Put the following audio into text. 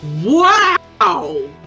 Wow